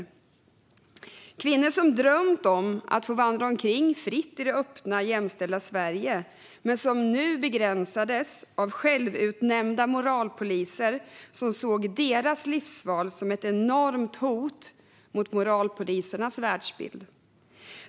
Det fanns kvinnor som drömt om att få vandra omkring fritt i det öppna, jämställda Sverige men som nu begränsades av självutnämnda moralpoliser som såg deras livsval som ett enormt hot mot moralpolisernas världsbild.